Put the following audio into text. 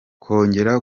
kongera